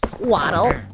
waddle,